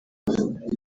n’ubwo